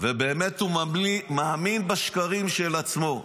והוא באמת מאמין בשקרים של עצמו.